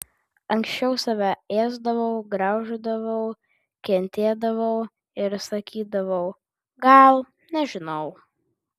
anksčiau save ėsdavau grauždavau kentėdavau ir sakydavau gal nežinau